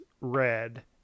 red